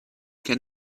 can